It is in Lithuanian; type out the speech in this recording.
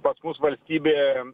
pas mus valstybė